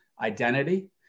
identity